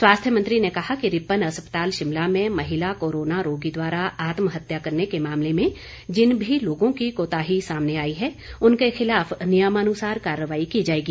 स्वास्थ्य मंत्री ने कहा कि रिपन अस्पताल शिमला में महिला कोरोना रोगी द्वारा आत्महत्या करने के मामले में जिन भी लोगों की कोताही सामने आई है उनके खिलाफ नियमानुसार कार्रवाई की जाएगी